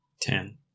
Ten